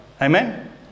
Amen